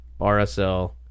RSL